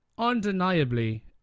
undeniably